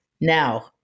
now